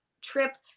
trip